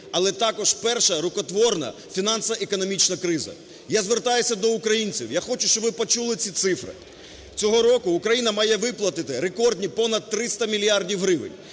але також перша рукотворна фінансово-економічна криза. Я звертаюся до українців, я хочу, щоб ви почули ці цифри. Цього року Україна має виплатити рекордні понад 300 мільярдів гривень,